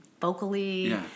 vocally